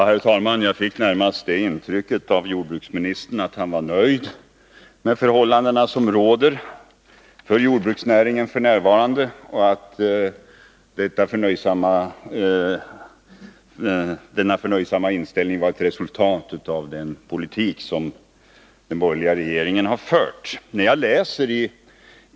Herr talman! Jag fick närmast det intrycket av jordbruksministern att han var nöjd med de förhållanden som råder inom jordbruksnäringen f. n. och att denna förnöjsamma inställning var ett resultat av den politik som den borgerliga regeringen fört.